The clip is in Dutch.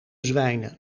zwijnen